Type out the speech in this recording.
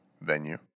venue